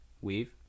Weave